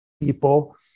people